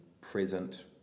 present